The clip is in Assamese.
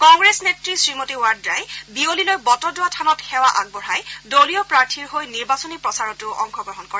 কংগ্ৰেছ নেত্ৰী শ্ৰীমতী ৱাদ্ৰাই বিয়লিলৈ বটদ্ৰৱা থানত সেৱা আগবঢ়াই দলীয় প্ৰাৰ্থীৰ হৈ নিৰ্বাচনী প্ৰচাৰতো অংশগ্ৰহণ কৰে